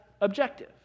objective